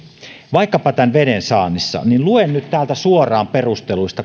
vaikkapa veden saannissa luen nyt täältä suoraan perusteluista